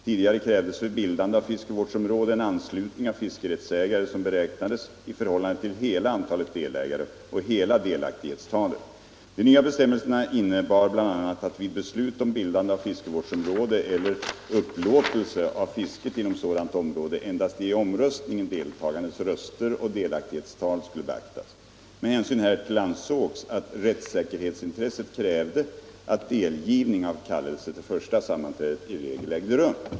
Tidigare krävdes för bildande av fiskevårdsområde en anslutning av fiskerättsägare som beräknades i förhållande till hela antalet delägare och hela delaktighetstalet. De nya bestämmelserna innebar bl.a. att vid beslut om bildande av fiskevårdsområde eller upplåtelse av fisket inom sådant område endast de i omröstningen deltagandes röster och delaktighetstal skulle beaktas. Med hänsyn härtill ansågs att rättssäkerhetsintresset krävde att delgivning av kallelse till första sammanträdet i regel ägde rum.